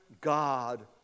God